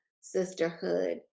sisterhood